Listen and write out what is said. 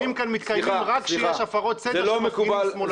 סליחה, זה לא נכון.